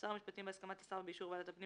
שר המשפטים, בהסכמת השר ובאישור ועדת הפנים